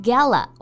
Gala